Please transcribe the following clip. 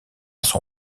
son